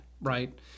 right